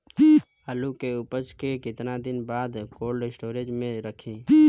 आलू के उपज के कितना दिन बाद कोल्ड स्टोरेज मे रखी?